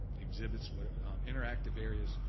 exhibits, interactive areas,